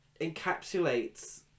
encapsulates